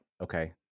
okay